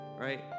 right